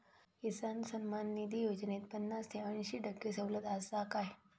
किसान सन्मान निधी योजनेत पन्नास ते अंयशी टक्के सवलत आसा काय?